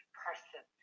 person